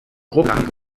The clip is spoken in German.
gruppen